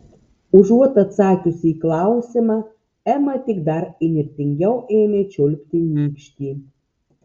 užuot atsakiusi į klausimą ema tik dar įnirtingiau ėmė čiulpti nykštį